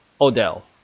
Odell